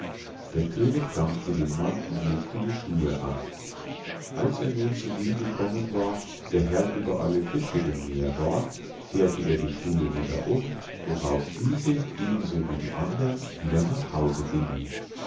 der könig dankte dem mann und legte die schuhe an als er nun zu dem gekommen war der herr über alle fische im meer war kehrte er die schuhe wieder um worauf diese eben so wie die andern wieder nach hause gingen